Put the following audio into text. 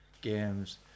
games